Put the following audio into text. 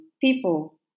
people